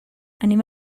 anem